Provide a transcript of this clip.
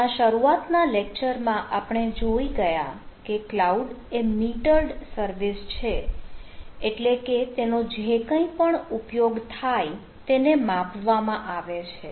આપણા શરૂઆતના લેક્ચરમાં આપણે જોઈ ગયા કે કલાઉડ એ મીટર્ડ સર્વિસ છે એટલે કે તેનો જે કંઈ પણ ઉપયોગ થાય તેને માપવામાં આવે છે